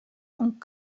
und